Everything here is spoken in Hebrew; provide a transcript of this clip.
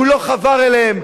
הוא לא חבר אליהם,